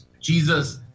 Jesus